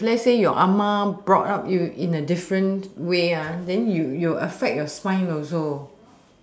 if let's say your brought up you in a different way then you you will affect your spine also